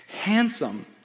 handsome